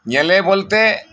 ᱧᱮᱞᱮ ᱵᱚᱞᱛᱮ